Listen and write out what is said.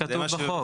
זה מה שכתוב בחוק.